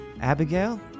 Abigail